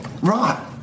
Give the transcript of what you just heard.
Right